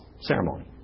ceremony